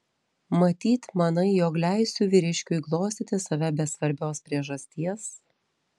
matyt manai jog leisiu vyriškiui glostyti save be svarbios priežasties